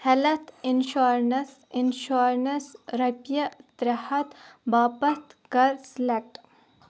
health insurance insurance رۄپیہِ ترٛےٚ ہَتھ باپتھ کَر سِلیکٹ